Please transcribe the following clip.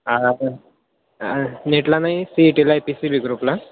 आता नीटला नाही सी ई टीला आहे पी सी बी ग्रुपला